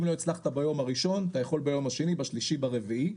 אם לא הצלחת ביום הראשון אתה יכול ביום השני השלישי ברביעי,